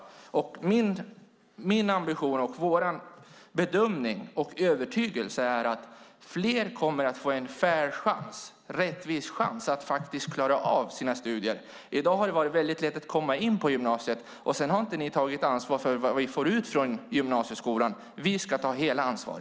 Vår bedömning och övertygelse är att fler kommer att få en rättvis chans att faktiskt klara av sina studier. Hittills har det varit lätt att komma in på gymnasiet, men sedan har ni inte tagit ansvar för vad vi fått ut från gymnasieskolan. Vi ska ta fullt ansvar.